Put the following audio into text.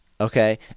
okay